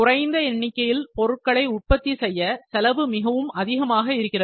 குறைந்த எண்ணிக்கையில் பொருட்களை உற்பத்தி செய்ய செலவு மிகவும் அதிகமாக இருக்கிறது